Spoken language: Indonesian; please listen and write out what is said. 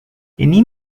ini